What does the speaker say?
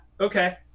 okay